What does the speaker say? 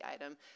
item